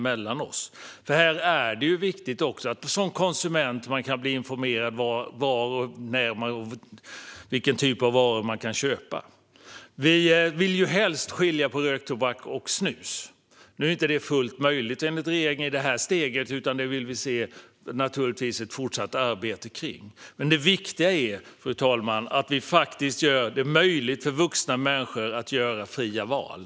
Det är viktigt att man som konsument kan bli informerad om var, när och vilken typ av varor som man kan köpa. Vi vill helst skilja på röktobak och snus. Enligt regeringen är det inte fullt möjligt i det här steget, så vi vill naturligtvis se ett fortsatt arbete för detta. Men det viktiga är att vi gör det möjligt för vuxna människor att göra fria val.